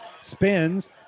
Spins